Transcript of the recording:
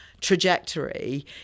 trajectory